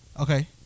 Okay